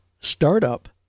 startup